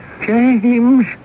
James